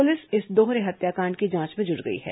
police इस दोहरे हत्याकांड की जांच में जुट गई है